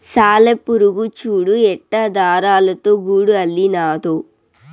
సాలెపురుగు చూడు ఎట్టా దారాలతో గూడు అల్లినాదో